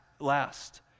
last